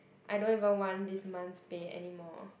I don't even want this month's pay anymore